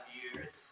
years